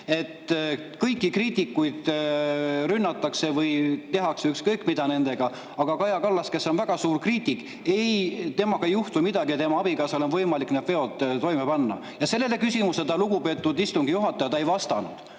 et kõiki kriitikuid rünnatakse või tehakse nendega ükskõik mida, aga Kaja Kallasega, kes on väga suur kriitik, ei juhtu midagi ja tema abikaasal on võimalik need veod toime panna. Sellele küsimusele, lugupeetud istungi juhataja, ta ei vastanud.